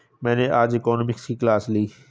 मैंने आज इकोनॉमिक्स की क्लास ली